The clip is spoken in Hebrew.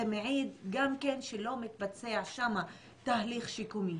זה מעיד שלא מתבצע שם תהליך שיקומי.